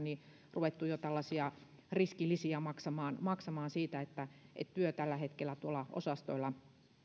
ruvettu jo tällaisia riskilisiä maksamaan maksamaan siitä että työ tällä hetkellä tuolla osastolla